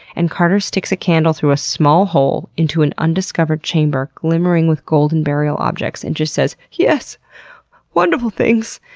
and carter sticks a candle through a small hole into an undiscovered chamber, glimmering with golden burial objects, and just says, yes, wonderful things!